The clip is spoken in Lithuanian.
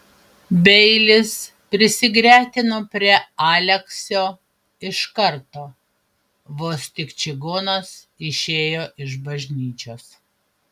beilis prisigretino prie aleksio iš karto vos tik čigonas išėjo iš bažnyčios